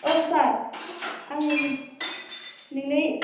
औ सार आं नोंनि